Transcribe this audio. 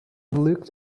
looked